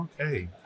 Okay